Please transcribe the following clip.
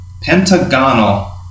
pentagonal